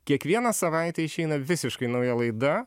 kiekvieną savaitę išeina visiškai nauja laida